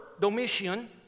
Domitian